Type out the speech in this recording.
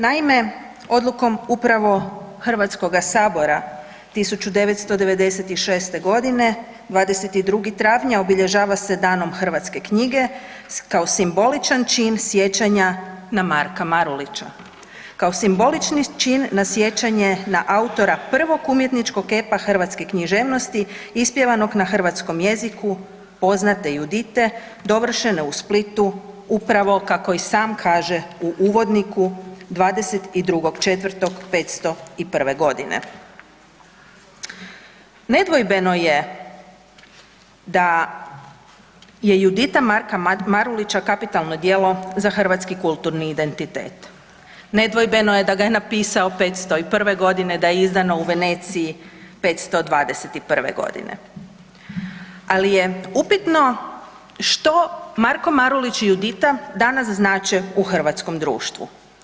Naime, odlukom upravo HS-a 1996.g. 22. travnja obilježava se Danom hrvatske knjige kao simboličan čin sjećanja na Marka Marulića, kao simbolični čin na sjećanje na autora prvog umjetničkog epa hrvatske književnosti ispjevanog na hrvatskom jeziku poznate „Judite“ dovršene u Splitu upravo kako i sam kaže u uvodniku 22.4.'501.g. Nedvojbeno je da je „Judita“ Marka Marulića kapitalno djelo za hrvatski kulturni identitet, nedvojbeno je da ga je na pisao '501.g. da je izdano u Veneciji '521.g., ali je upitno što Marko Marulić i „Judita“ danas znače u hrvatskom društvu?